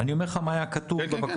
אני אומר לך מה היה כתוב בבקשה,